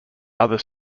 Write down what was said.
other